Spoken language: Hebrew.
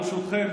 ברשותכם,